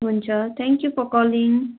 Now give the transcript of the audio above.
हुन्छ thank you for calling